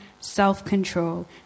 self-control